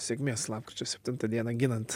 sėkmės lapkričio septintą dieną ginant